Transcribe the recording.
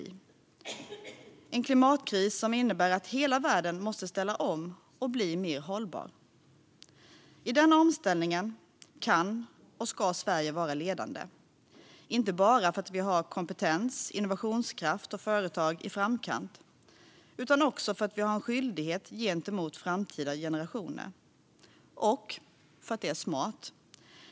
Det är en klimatkris som innebär att hela världen måste ställa om och bli mer hållbar. I den omställningen kan och ska Sverige vara ledande, inte bara för att vi har kompetens, innovationskraft och företag i framkant utan också för att vi har en skyldighet gentemot framtida generationer och för att det är smart.